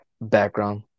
background